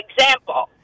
example